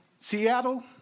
Seattle